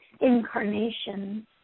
incarnations